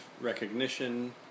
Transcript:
recognition